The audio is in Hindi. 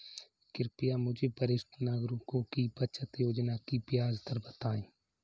कृपया मुझे वरिष्ठ नागरिकों की बचत योजना की ब्याज दर बताएं